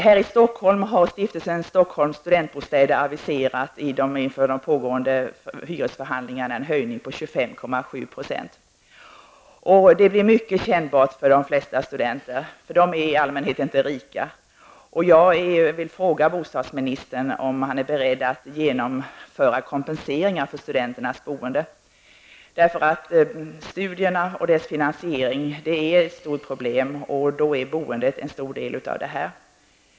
Här i Stockholm har stiftelsen Stockholms studentbostäder i de pågående hyresförhandlingarna aviserat en höjning på 25,7 %. Detta blir mycket kännbart för de flesta studenter, eftersom de i allmänhet inte är rika. Jag vill fråga bostadsministern om han är beredd att genomföra kompenseringar med tanke på studenternas boende. Studierna och dess finansiering är ju ett stort problem, och boendet är en viktig del av problemet.